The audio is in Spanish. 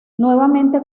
nuevamente